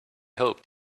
hoped